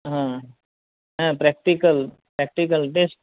હા હં practical practical best